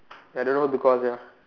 I don't know who to call sia